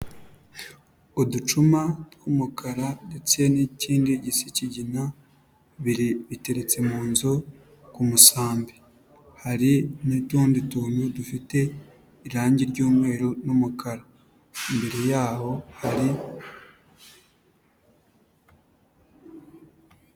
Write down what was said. Uducuma tw'umukara ndetse n'ikindi gisa ikigina biteretse mu nzu ku musambi. Hari n'utundi tuntu dufite irangi ry'umweru n'umukara. Imbere yaho hari,..